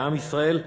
בעם ישראל.